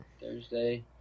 Thursday